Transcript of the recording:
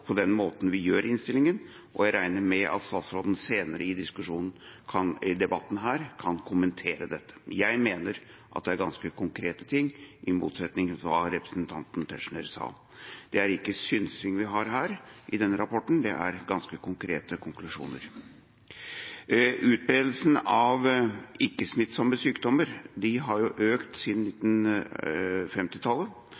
på den måten vi gjør i innstillinga. Jeg regner med at statsråden senere i debatten her kan kommentere dette. Jeg mener at det er ganske konkrete ting, i motsetning til hva representanten Tetzschner sa. Det er ikke synsing vi har i denne rapporten, det er ganske konkrete konklusjoner. Utbredelsen av ikke-smittsomme sykdommer har økt siden